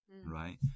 right